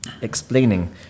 explaining